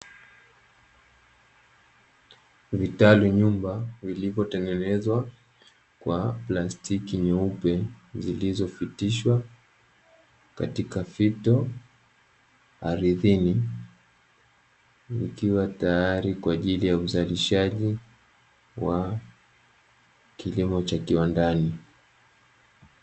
Vitali nyumba vilivyotengenezwa kwa plastiki nyeupe zilizopitishwa katika fito ardhini ikiwa tayari kwa ajili ya uzalishaji wa kilimo cha kiwandani.